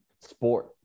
sport